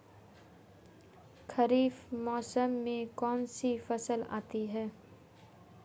खरीफ मौसम में कौनसी फसल आती हैं?